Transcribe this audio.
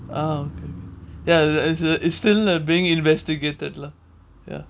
uh okay okay ya ya it it is still being investigated lah ya